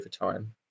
overtime